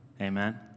Amen